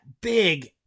big